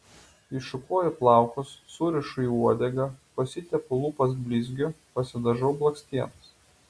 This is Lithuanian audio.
iššukuoju plaukus surišu į uodegą pasitepu lūpas blizgiu pasidažau blakstienas